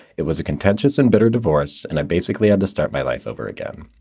it was a contentious and bitter divorce, and i basically had to start my life over again.